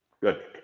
Good